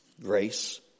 grace